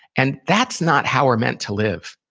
and that's not how we're meant to live.